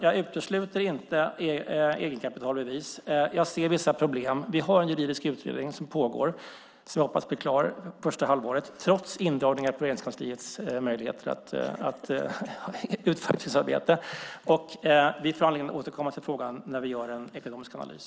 Jag utesluter inte egenkapitalbevis. Jag ser vissa problem. Vi har en juridisk utredning som pågår och som jag hoppas blir klar första halvåret, trots indragningarna i Regeringskansliets möjligheter att utföra sitt arbete. Vi får anledning att återkomma till frågan när vi gör ekonomisk analys.